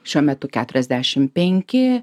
šiuo metu keturiasdešim penki